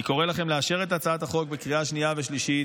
אני קורא לכם לאשר את הצעת החוק בקריאה שנייה ושלישית,